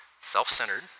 self-centered